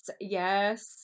yes